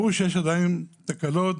ברור שיש עדיין תקלות,